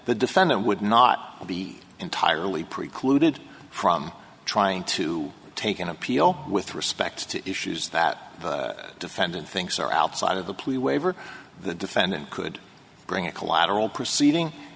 the defendant would not be entirely he precluded from trying to take an appeal with respect to issues that the defendant thinks are outside of the plea waiver the defendant could bring a collateral proceeding